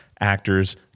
actors